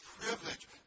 privilege